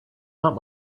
not